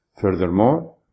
Furthermore